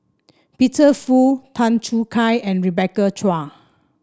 Peter Fu Tan Choo Kai and Rebecca Chua